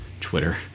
Twitter